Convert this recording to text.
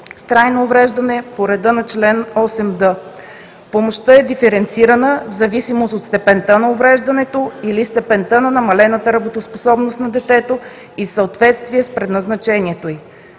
трайно увреждане по реда на чл. 8д. Помощта е диференцирана в зависимост от степента на увреждането или степента на намалената работоспособност на детето и в съответствие с предназначението й.